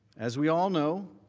as we all know,